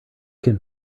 can